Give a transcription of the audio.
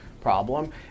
problem